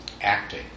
acting